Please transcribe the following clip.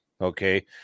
Okay